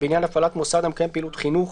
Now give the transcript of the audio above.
בעניין הפעלת מוסד המקיים פעילות חינוך,